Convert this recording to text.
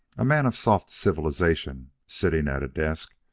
a man of soft civilization, sitting at a desk,